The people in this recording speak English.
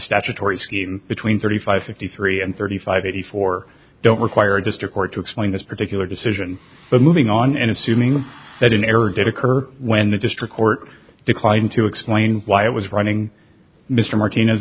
statutory scheme between thirty five fifty three and thirty five eighty four don't require a district court to explain this particular decision but moving on and assuming that an error did occur when the district court declined to explain why it was running mr martinez